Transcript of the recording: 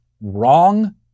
wrong